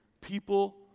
People